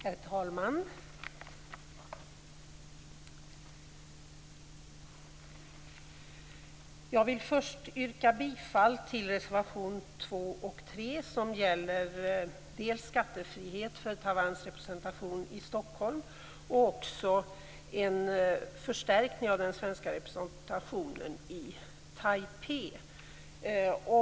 Herr talman! Jag yrkar bifall till reservation 2 och 3 som gäller dels skattefrihet för Taiwans representation i Stockholm, dels en förstärkning av den svenska representationen i Taipei.